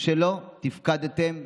שלא תפקדתם,